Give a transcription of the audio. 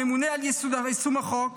הממונה על יישום החוק,